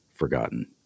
Forgotten